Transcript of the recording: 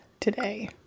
today